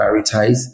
prioritize